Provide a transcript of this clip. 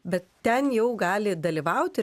bet ten jau gali dalyvauti